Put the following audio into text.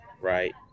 right